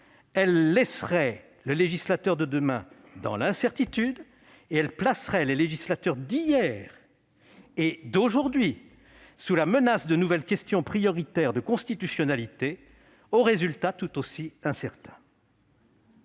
Elle laisserait le législateur de demain dans l'incertitude et elle placerait les législateurs d'hier et d'aujourd'hui sous la menace de nouvelles questions prioritaires de constitutionnalité, au résultat tout aussi incertain.